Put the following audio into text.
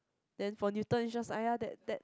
then for Newton is just aiyah that that